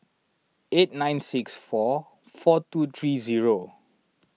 eight nine six four four two three zero